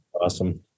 Awesome